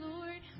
Lord